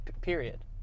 period